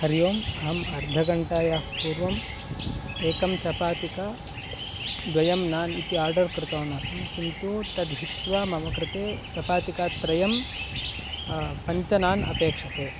हरिः ओम् अहम् अर्धघण्टायाः पूर्वम् एकं चपातिका द्वयं नान् इति आर्डर् कृतवान् आसं किन्तु तद् हित्वा मम कृते चपातिका त्रयं पञ्चनान् अपेक्ष्यते